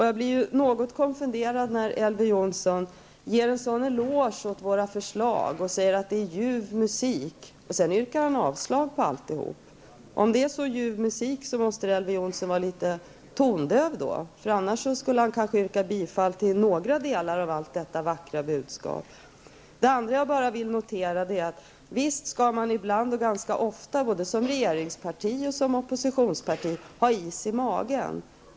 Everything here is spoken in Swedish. Jag blir något konfunderad när Elver Jonsson ger en sådan eloge till våra förslag och säger att det är ljuv musik och sedan yrkar avslag på allt. Om det är så ljuv musik, måste Elver Jonsson vara litet tondöv. Annars kanske han skulle yrka bifall till några delar av det vackra budskapet. Visst skall man ibland och ganska ofta både som regeringsparti och som oppositionsparti ha is i magen.